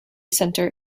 center